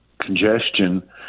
congestion